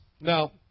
Now